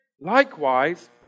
Likewise